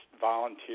volunteer